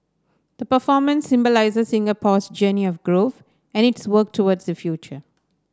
the performance symbolises Singapore's journey of growth and its work towards the future